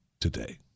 today